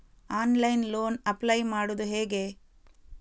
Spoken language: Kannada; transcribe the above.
ಆನ್ಲೈನ್ ಲೋನ್ ಅಪ್ಲೈ ಮಾಡುವುದು ಹೇಗೆ?